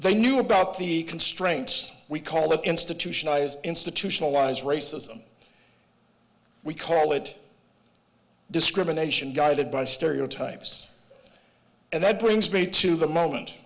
they knew about the constraints we call institutionalized institutionalized racism we call it discrimination guided by stereotypes and that brings me to the moment